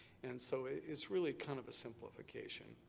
and so it's really kind of a simplification.